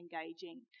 engaging